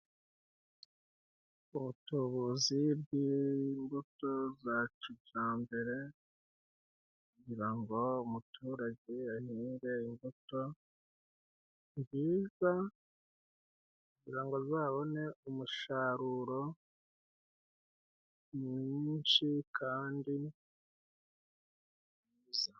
Ubutubuzi bw'imbuto za cijambere kugira ngo umuturage ahinge imbuto nziza kugira ngo azabone umusharuro mwinshi kandi mwiza.